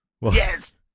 Yes